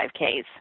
5Ks